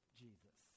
jesus